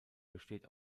besteht